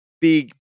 big